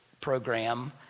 program